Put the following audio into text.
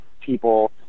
people